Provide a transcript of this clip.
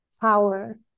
power